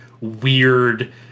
weird